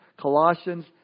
Colossians